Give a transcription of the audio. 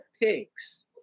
pigs